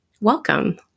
Welcome